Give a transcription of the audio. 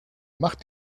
mach